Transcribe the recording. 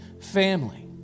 family